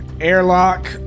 airlock